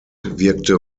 wirkte